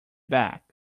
back